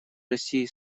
россии